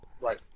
Right